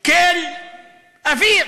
כאל אוויר,